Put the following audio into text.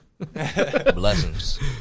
Blessings